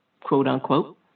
quote-unquote